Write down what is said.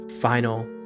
final